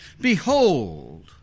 Behold